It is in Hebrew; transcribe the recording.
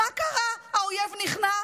מה קרה, האויב נכנע?